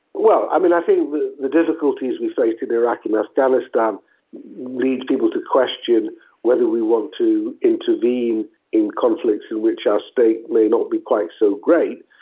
well, um i think that the difficulties we faced in iraq and afghanistan leads people to question whether we want to intervene in conflicts in which our state may not be quite so great,